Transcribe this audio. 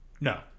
No